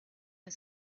and